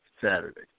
Saturday